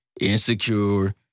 insecure